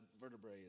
vertebrae